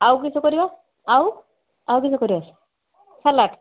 ଆଉ କିସ କରିବା ଆଉ ଆଉ କିସ କରିବ ସାଲାଡ଼୍